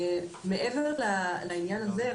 מעבר לעניין הזה,